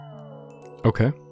Okay